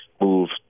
move